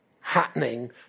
happening